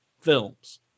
films